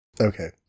Okay